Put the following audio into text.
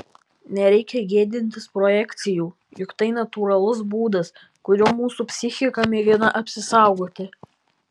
nereikia gėdintis projekcijų juk tai natūralus būdas kuriuo mūsų psichika mėgina apsisaugoti